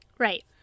Right